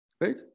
Right